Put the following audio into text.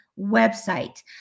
website